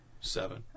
Seven